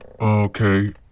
Okay